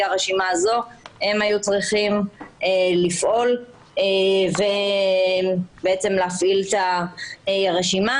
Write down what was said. הרשימה הזו הם היו צריכים לפעול ובעצם להפעיל את הרשימה.